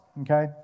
okay